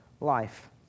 life